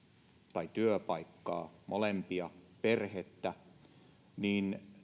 tai työpaikkaa molempia perhettä niin